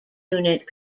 unit